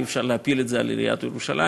אי-אפשר להפיל את זה על עיריית ירושלים.